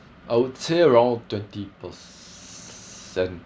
I would say around twenty per cent